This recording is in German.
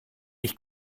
ich